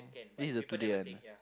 this is the today one